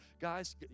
Guys